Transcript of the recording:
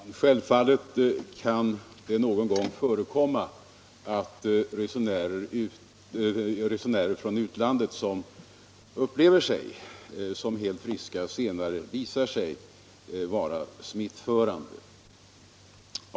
Herr talman! Självfallet kan det någon gång förekomma att resenärer från utlandet som upplever sig som helt friska senare ändå visar sig vara smittförande.